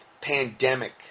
pandemic